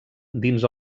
dins